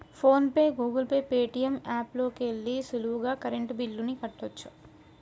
phone pay, Google pay, Paytm app లోకెల్లి సులువుగా current బిల్లుల్ని కట్టచ్చు